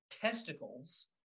testicles